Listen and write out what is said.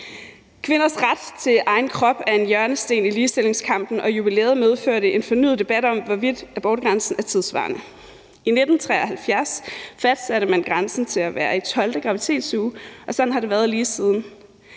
Kvinders ret til egen krop er en hjørnesten i ligestillingskampen, og jubilæet medførte en fornyet debat om, hvorvidt abortgrænsen er tidssvarende. I 1973 fastsatte man grænsen til at være i 12. graviditetsuge, og sådan har det været lige siden.